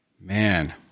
man